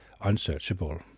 unsearchable